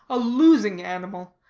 a losing animal.